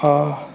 हा